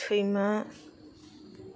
सैमा